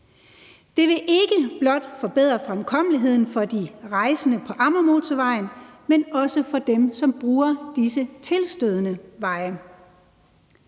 Det vil ikke blot forbedre fremkommeligheden for de rejsende på Amagermotorvejen, men også for dem, som bruger disse tilstødende veje